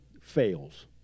fails